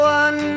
one